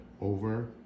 over